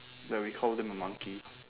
that we called him a monkey